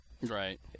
right